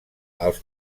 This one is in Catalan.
els